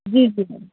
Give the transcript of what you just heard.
جی جی میم